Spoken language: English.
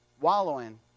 wallowing